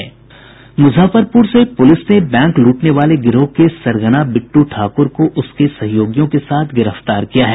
मुजफ्फरपुर से पुलिस ने बैंक लूटने वाले गिरोह के सरगना बिट्टू ठाकुर को उसके सहयोगियों के साथ गिरफ्तार किया है